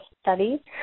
study